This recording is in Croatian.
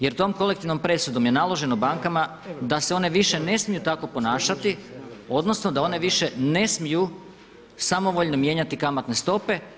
Jer tom kolektivnom presudom je naloženo bankama da se one više ne smiju tako ponašati, odnosno da one više ne smiju samovoljno mijenjati kamatne stope.